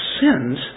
sins